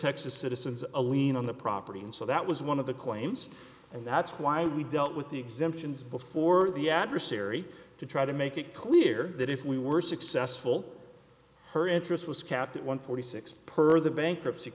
texas citizens a lien on the property and so that was one of the claims and that's why we dealt with the exemptions before the adversary to try to make it clear that if we were successful her interest was capped at one forty six per the bankruptcy